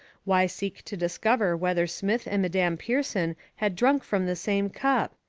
why seek to discover whether smith and madame pierson had drunk from the same cup?